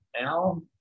now